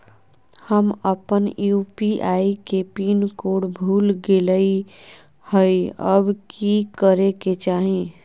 हम अपन यू.पी.आई के पिन कोड भूल गेलिये हई, अब की करे के चाही?